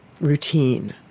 routine